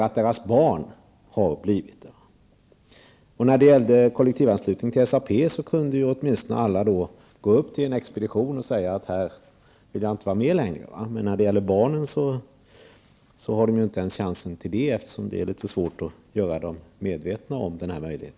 När det gäller kollektivanslutningen till SAP kunde man åtminstone gå upp till expeditionen och säga att man inte längre ville vara med. Men när det gäller barnen har de inte en chansen till detta, eftersom det är svårt att göra dem medvetna om denna möjlighet.